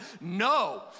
no